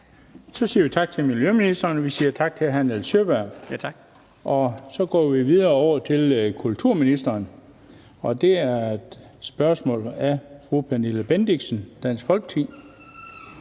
Så siger vi tak til miljøministeren, og vi siger tak til hr. Nils Sjøberg. Vi går videre til kulturministeren, og det er et spørgsmål af fru Pernille Bendixen, Dansk Folkeparti.